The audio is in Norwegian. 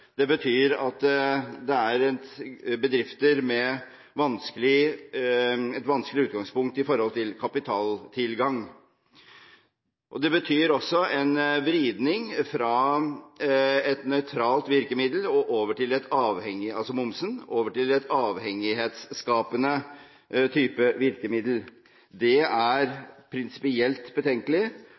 Det betyr at det er bedrifter med et vanskelig utgangspunkt når det gjelder kapitaltilgang. Det betyr også en vridning fra et nøytralt virkemiddel – momsen – og over til et avhengighetsskapende type virkemiddel. Det er prinsipielt betenkelig,